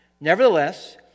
Nevertheless